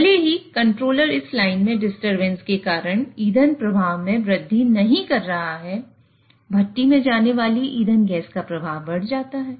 भले ही कंट्रोलर इस लाइन में डिस्टरबेंस के कारण ईंधन प्रवाह में वृद्धि नहीं कर रहा है भट्टी में जाने वाले ईंधन गैस का प्रवाह बढ़ जाता है